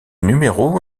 numéro